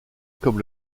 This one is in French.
comme